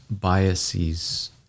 biases